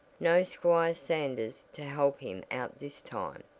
no squire sanders to help him out this time,